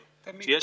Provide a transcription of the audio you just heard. השר,